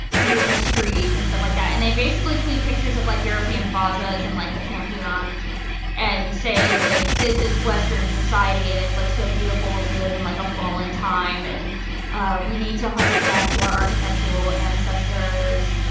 beautiful streets and stuff like that. and they basically tweet pictures of, like, european plazas and, like, the pantheon and say, like, this is western society and it's, like, so beautiful and we live in, like, a fallen time and ah we need to hearken back to our architectural ancestors.